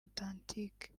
authentique